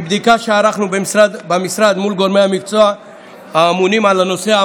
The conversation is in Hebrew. מבדיקה שערכנו במשרד מול גורמי המקצוע האמונים על הנושא,